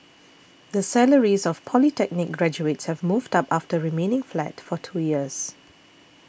the salaries of polytechnic graduates have moved up after remaining flat for two years